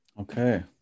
Okay